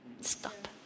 stop